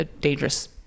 dangerous